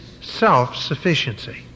self-sufficiency